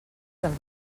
del